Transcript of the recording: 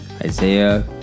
Isaiah